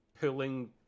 pulling